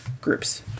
groups